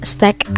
Stack